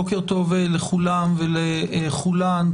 בוקר טוב לכולם ולכולן,